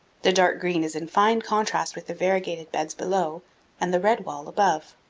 the dark green is in fine contrast with the variegated beds below and the red wall above.